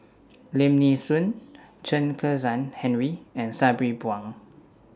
Lim Nee Soon Chen Kezhan Henri and Sabri Buang